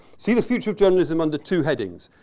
see the future of journalism under two headings.